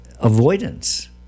avoidance